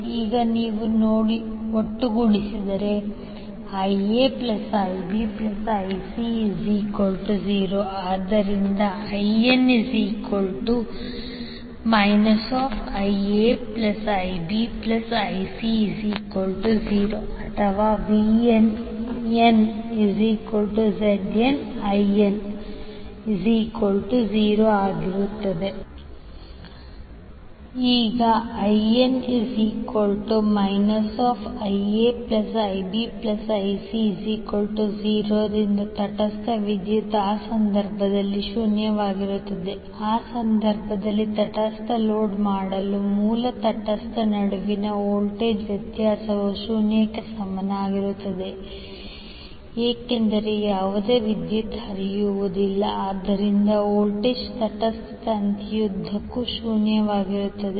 ಈಗ ನೀವು ಒಟ್ಟುಗೂಡಿಸಿದರೆ IaIbIc0 ಆದ್ದರಿಂದ In IaIbIc0 ಅಥವಾ VnNZnIn0 ಈಗ In IaIbIc0 ರಿಂದ ತಟಸ್ಥ ವಿದ್ಯುತ್ ಆ ಸಂದರ್ಭದಲ್ಲಿ ಶೂನ್ಯವಾಗಿರುತ್ತದೆ ಆ ಸಂದರ್ಭದಲ್ಲಿ ತಟಸ್ಥ ಲೋಡ್ ಮಾಡಲು ಮೂಲ ತಟಸ್ಥ ನಡುವಿನ ವೋಲ್ಟೇಜ್ ವ್ಯತ್ಯಾಸವು ಶೂನ್ಯಕ್ಕೆ ಸಮಾನವಾಗಿರುತ್ತದೆ ಏಕೆಂದರೆ ಯಾವುದೇ ವಿದ್ಯುತ್ ಹರಿಯುವುದಿಲ್ಲ ಆದ್ದರಿಂದ ವೋಲ್ಟೇಜ್ ತಟಸ್ಥ ತಂತಿಯುದ್ದಕ್ಕೂ ಶೂನ್ಯವಾಗಿರುತ್ತದೆ